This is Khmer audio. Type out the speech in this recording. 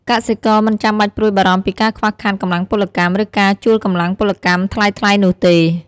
កសិករមិនចាំបាច់ព្រួយបារម្ភពីការខ្វះខាតកម្លាំងពលកម្ម ឬការជួលកម្លាំងពលកម្មថ្លៃៗនោះទេ។